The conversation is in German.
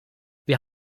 wir